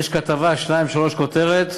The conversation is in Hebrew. יש כתבה, שתיים-שלוש, כותרת,